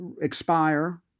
expire